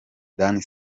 dan